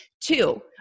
Two